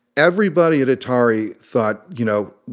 everybody at atari thought, you know,